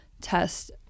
test